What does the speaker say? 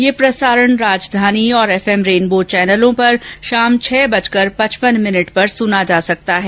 यह प्रसारण राजधानी और एफएम रेनबो चैनलों पर शाम छह बजकर पचपन मिनट पर सुना जा सकता है